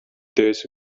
days